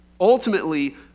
Ultimately